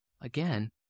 again